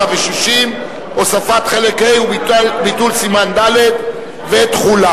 4 ו-60, הוספת חלק ה' וביטול סימן ד' ותחילה.